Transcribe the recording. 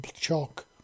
chalk